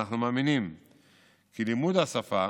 אנחנו מאמינים כי לימוד השפה